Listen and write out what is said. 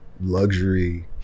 luxury